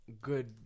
good